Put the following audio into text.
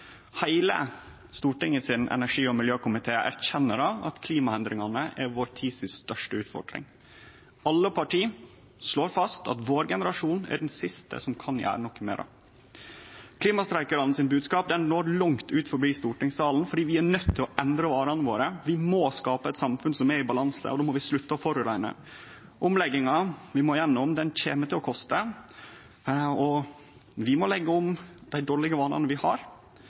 Heile energi- og miljøkomiten i Stortinget erkjenner at klimaendringane er den største utfordringa i vår tid. Alle parti slår fast at vår generasjon er den siste som kan gjere noko med det. Men bodskapen frå klimastreikarane når langt utanfor stortingssalen, og vi er nøydde til å endre vanane våre. Vi må skape eit samfunn som er i balanse, og då må vi slutte å forureine. Omlegginga vi må igjennom, kjem til å koste, og vi må leggje om dei dårlege vanane vi har